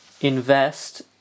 Invest